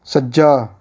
ਸੱਜਾ